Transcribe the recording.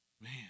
Man